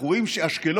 אנחנו רואים שאשקלון,